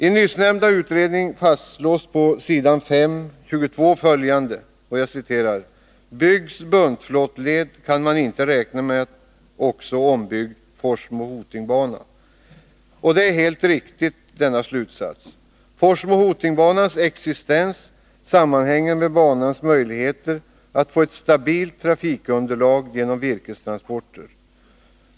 I nyssnämnda utredning fastslås på s. 5:22 följande: ”Byggs buntflottled kan man inte räkna med också ombyggd Forsmo-Hoting-bana.” Detta är en helt riktig slutsats! Forsmo-Hoting-banans existens sammanhänger med banans möjligheter att få ett stabilt trafikunderlag genom virkestransporter.